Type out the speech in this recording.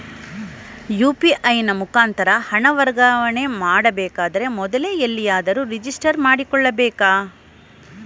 UPI ನ ಮುಖಾಂತರ ಹಣ ವರ್ಗಾವಣೆ ಮಾಡಬೇಕಾದರೆ ಮೊದಲೇ ಎಲ್ಲಿಯಾದರೂ ರಿಜಿಸ್ಟರ್ ಮಾಡಿಕೊಳ್ಳಬೇಕಾ?